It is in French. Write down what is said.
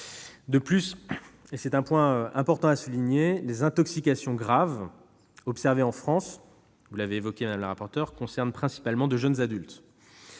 De plus, et il est important de le souligner, les intoxications graves observées en France, vous l'avez dit, madame la rapporteure, concernent principalement de jeunes adultes.